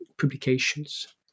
publications